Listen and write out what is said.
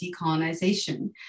decolonization